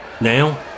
Now